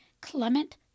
Clement